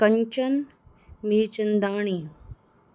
Kanchan Mirchandani